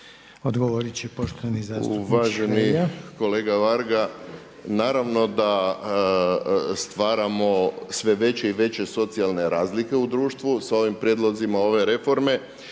**Hrelja, Silvano (HSU)** Uvaženi kolega Varga naravno da stvaramo sve veće i veće socijalne razlike u društvu s ovim prijedlozima ove reforme